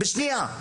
בשנייה,